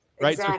Right